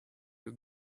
your